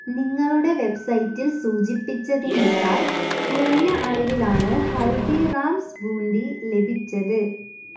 നിങ്ങളുടെ വെബ്സൈറ്റിൽ സൂചിപ്പിച്ചതിനേക്കാൾ കുറഞ്ഞ അളവിലാണ് ഹൽദിറാംസ് ബൂന്തി ലഭിച്ചത്